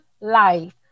life